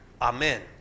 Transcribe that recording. Amen